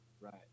right